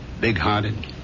big-hearted